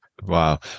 wow